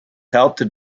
helped